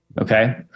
Okay